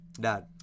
Dad